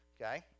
okay